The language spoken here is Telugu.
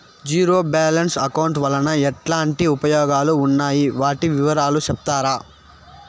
జీరో బ్యాలెన్స్ అకౌంట్ వలన ఎట్లాంటి ఉపయోగాలు ఉన్నాయి? వాటి వివరాలు సెప్తారా?